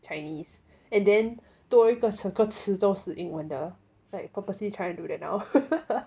chinese and then 多一个词很多词都是英文的 like purposely try to do that now